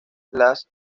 los